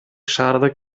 шаардык